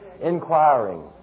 inquiring